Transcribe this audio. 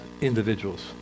individuals